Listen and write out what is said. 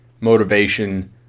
motivation